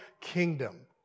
kingdom